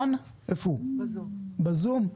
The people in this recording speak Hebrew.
אורי,